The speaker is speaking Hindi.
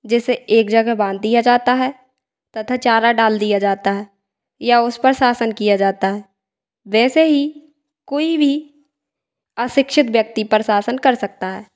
जिसे एक जगह बाँध दिया जाता है तथा चारा डाल दिया जाता है या उस पर शासन किया जाता है वैसे ही कोई भी अशिक्षित व्यक्ति पर शासन कर सकता है